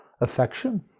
affection